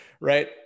Right